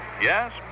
Yes